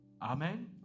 Amen